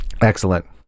Excellent